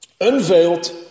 unveiled